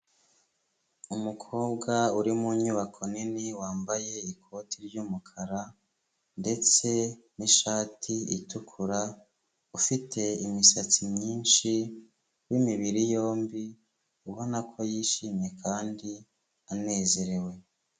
Umukobwa uri mu nyubako nini, wambaye ikoti ry'umukara, ndetse n'ishati itukura, ufite imisatsi myinshi, w'imibiri yombi, ubona ko yishimye kandi anezerewe.